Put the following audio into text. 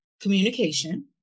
communication